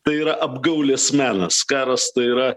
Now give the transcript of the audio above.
tai yra apgaulės menas karas tai yra